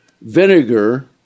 vinegar